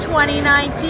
2019